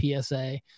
PSA